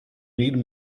need